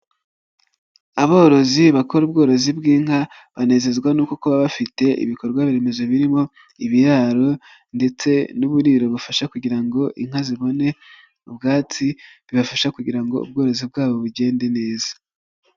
Aborozi bakora ubworozi bw'inka banezezwa no kuba bafite ibikorwaremezo birimo ibiraro, ndetse n'uburiro bufasha kugira ngo inka zibone ubwatsi, bibafasha kugira ngo ubworozi bwabo bugende neza.